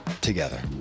together